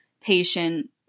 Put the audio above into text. patient